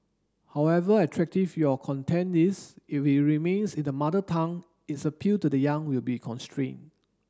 however attractive your content is if it remains in the Mother Tongue its appeal to the young will be constrained